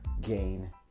gain